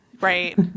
right